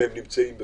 והם נמצאים בפנים.